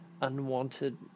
unwanted